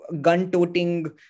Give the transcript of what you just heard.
gun-toting